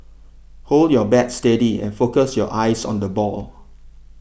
hold your bat steady and focus your eyes on the ball